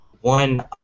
one